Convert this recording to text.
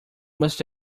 must